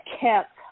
kept